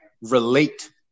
relate